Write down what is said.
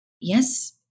yes